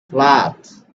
float